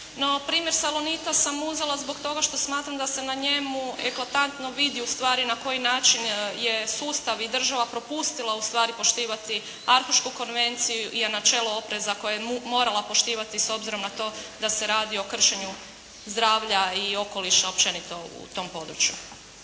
primjer "Salonita" sam uzela zbog roga što smatram da se na njemu eklatantno vidi ustvari na koji način je sustav i država propustila ustvari poštivati Arhušku konvenciju i načelo opreza koje je morala poštivati s obzirom na to da se radi o kršenju zdravlja i okoliša općenito u tom području.